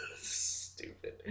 Stupid